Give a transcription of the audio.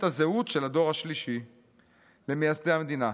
הזהות של הדור השלישי למייסדי המדינה.